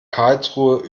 karlsruhe